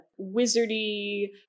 wizardy